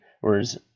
Whereas